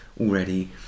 already